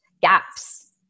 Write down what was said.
gaps